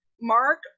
Mark